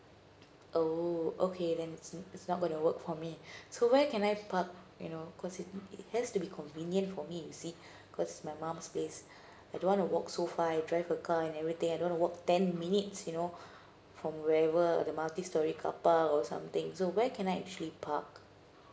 oh okay then so it's not gonna work for me so where can I park you know cause it it has to be convenient for me you see cause my mom's place I don't want to walk so far I drive a car and everything I don't want to walk ten minutes you know from where ever the multi storey car park or something so where can I actually park